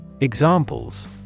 Examples